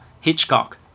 Hitchcock